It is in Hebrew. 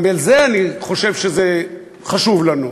גם על זה, אני חושב שזה חשוב לנו.